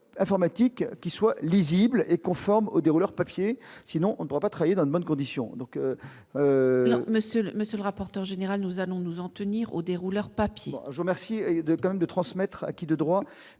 qu'il soit lisible et conforme aux des rouleurs papier sinon on ne pourra pas travailler dans de bonnes conditions, donc. Monsieur, monsieur le rapporteur général, nous allons nous en tenir aux des rouleurs papy. Je remercie de gammes de transmettre à qui de droit,